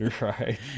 Right